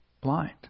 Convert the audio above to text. blind